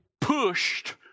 pushed